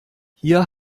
hier